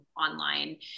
online